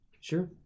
Sure